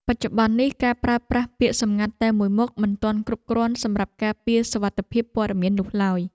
បច្ចុប្បន្ននេះការប្រើប្រាស់ពាក្យសម្ងាត់តែមួយមុខមិនទាន់គ្រប់គ្រាន់សម្រាប់ការពារសុវត្ថិភាពព័ត៌មាននោះឡើយ។